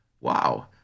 wow